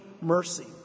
mercy